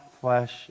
flesh